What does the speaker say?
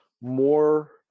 more